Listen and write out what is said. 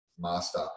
master